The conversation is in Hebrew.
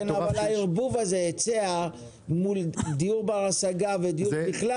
אבל יש ערבוב בין היצע מול דיור בר השגה ודיור בכלל.